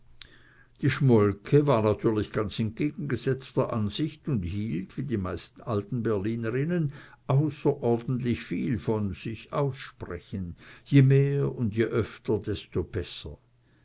die schmolke war natürlich ganz entgegengesetzter ansicht und hielt wie die meisten alten berlinerinnen außerordentlich viel von sich aussprechen je mehr und je öfter desto besser